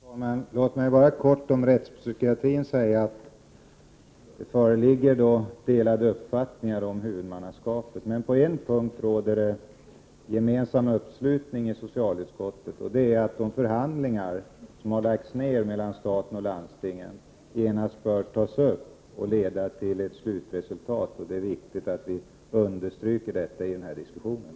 Herr talman! Låt mig bara kort säga om rättspsykiatrin, att det föreligger delade uppfattningar om huvudmannaskapet. På en punkt råder det dock gemensam uppslutning i socialutskottet, nämligen om att de förhandlingar mellan staten och landstingen som har lagts ned genast bör tas upp och leda till ett slutresultat. Det är viktigt att vi understryker detta i den här diskussionen.